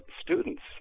students